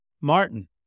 Martin